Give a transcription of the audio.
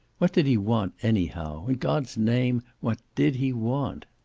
what did he want anyhow? in god's name, what did he want?